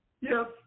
Yes